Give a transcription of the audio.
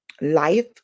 life